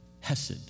Hesed